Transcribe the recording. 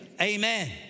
amen